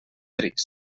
trist